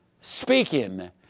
speaking